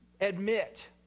Admit